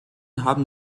haben